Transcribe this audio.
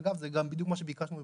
ואגב, זה גם בדיוק מה שביקשנו בבג"צ.